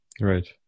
Right